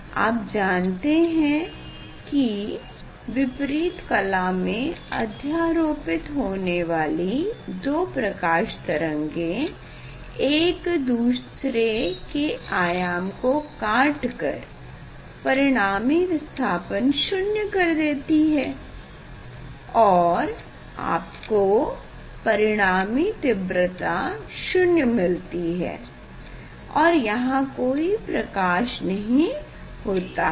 आप जानते हैं की विपरीत कला में अध्यारोपित होने वाली दो प्रकाश तंरगे एक दूसरे के आयाम को काट कर परिणामी विस्थापन शून्य कर देती हैं और आपको परिणामी तीव्रता शून्य मिलती है और यहाँ कोई प्रकाश नहीं होता है